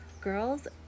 girls